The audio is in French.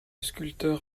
sculpteur